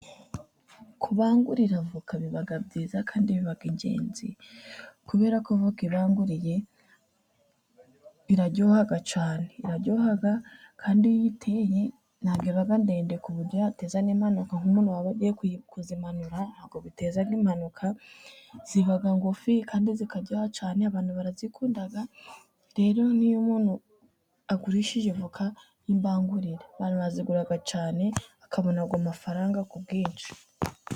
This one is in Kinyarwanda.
Kubabangurira voka biba byiza kandi bibaka ingenzi, kuberako voka ibanguriye iraryoha cyane iraryoha kandi uyiteye ntabwo iba ndende ku buryo yateza n'impanuka. Umuntu waba agiye kuzimanura ntabwo biteza n'impanuka ziba ngufi kandi zikaryoha cyane abantu barazikunda, rero n'iyo umuntu agurishije voka y'imbangurire abantu bazigura cyane, akabona ayo mafaranga ku bwinshi.